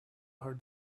her